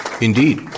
Indeed